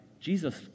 Jesus